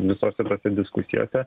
visose tose diskusijose